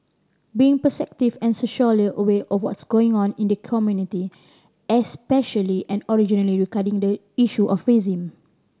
being perceptive and socially aware of what's going on in the community especially and originally regarding the issue of racism